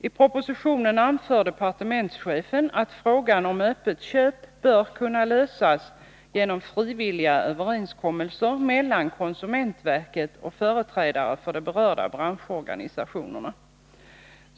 I propositionen anför departementschefen att frågan om öppet köp bör kunna lösas genom frivilliga överenskommelser mellan konsumentverket och företrädare för de berörda branschorganisationerna.